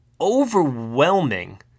overwhelming